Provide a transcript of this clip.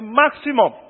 maximum